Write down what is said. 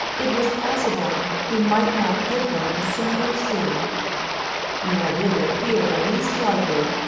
it was possible he might not give her a single sous nor did it appear the least likely,